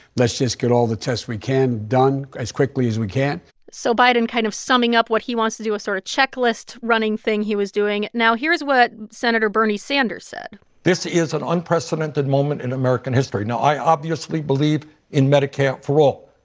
let's just get all the tests we can done as quickly as we can so biden kind of summing up what he wants to do a sort of checklist-running thing he was doing. now here's what senator bernie sanders said this is an unprecedented moment in american history. i, obviously, believe in medicare for all.